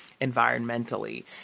environmentally